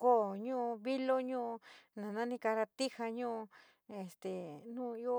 Koo ñu´u, viio ñu´u, je nanani koratija núu nouu io